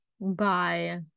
Bye